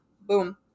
Boom